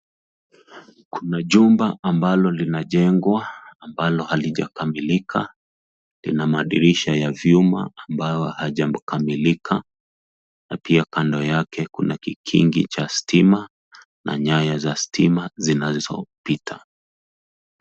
Kuna jumba ambalo linajengwa ambalo halijakamilika, lina madirisha ya vyuma ambayo haijakamilika na pia kando yake kuna kikigi cha stima na nyaya za stima zinazopita.